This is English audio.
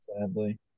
sadly